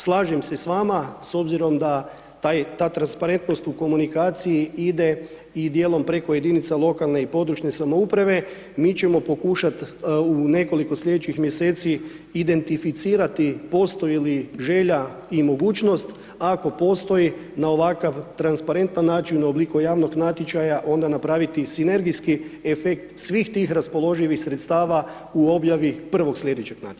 Slažem se s vama s obzirom da ta transparentnost u komunikaciji ide i djelom preko jedinica lokalne i područne samouprave, mi ćemo pokušati u nekoliko slijedećih mjeseci identificirati postoji li želja i mogućnost, ako postoji na ovakav transparentan način u obliku javnog natječaja, onda napraviti sinergijski efekt svih tih raspoloživih sredstava u objavi prvog slijedećeg natječaja.